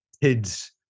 kids